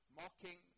mocking